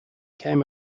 came